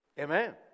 Amen